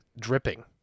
dripping